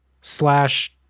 slash